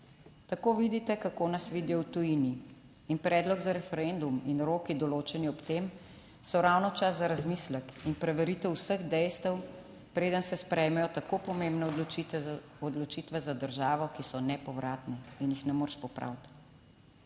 Tako vidite, kako nas vidijo v tujini. In predlog za referendum in roki, določeni ob tem, so ravno čas za razmislek in preveritev vseh dejstev, preden se sprejmejo tako pomembne odločitve za državo, ki so nepovratne in jih ne moreš popraviti.